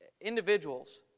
Individuals